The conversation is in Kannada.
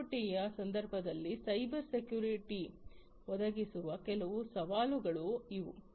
ಐಐಒಟಿಯ ಸಂದರ್ಭದಲ್ಲಿ ಸೈಬರ್ ಸೆಕ್ಯುರಿಟಿಯನ್ನು ಒದಗಿಸುವ ಕೆಲವು ಸವಾಲುಗಳು ಇವು